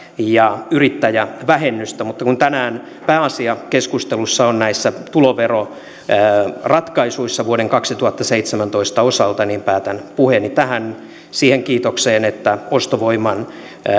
ja yrittäjävähennystä mutta kun tänään pääasia keskustelussa on näissä tuloveroratkaisuissa vuoden kaksituhattaseitsemäntoista osalta niin päätän puheeni siihen kiitokseen että ostovoiman